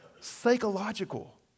psychological